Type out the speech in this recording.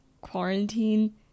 quarantine